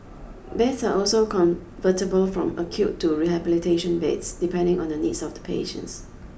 beds are also convertible from acute to rehabilitation beds depending on the needs of the patients